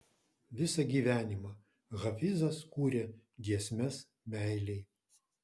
visą gyvenimą hafizas kūrė giesmes meilei